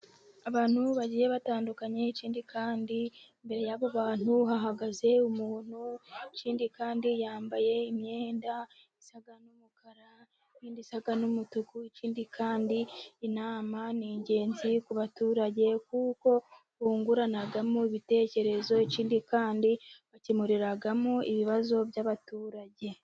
Abantu bagiye batandukanye, ikindi kandi imbere y'abantu hahagaze umuntu, ikindi kandi yambaye imyenda isa n'umukara, indi isa n'umutuku, ikindi kandi inama ni ingenzi ku baturage, kuko bunguranamo ibitekerezo, ikindi kandi bakemuriraramo ibibazo by'abaturage.